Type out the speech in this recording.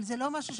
אבל זה לא משהו,